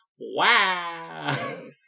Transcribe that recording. Wow